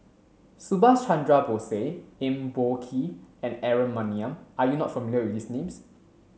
Subhas Chandra Bose Eng Boh Kee and Aaron Maniam are you not familiar with these names